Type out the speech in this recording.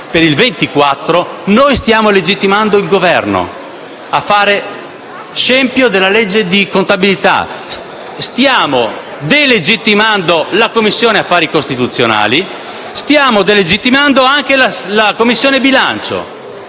ottobre, noi stiamo legittimando il Governo a fare scempio della legge di contabilità. Stiamo delegittimando la Commissione affari costituzionali nonché la Commissione bilancio,